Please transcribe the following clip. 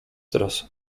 teraz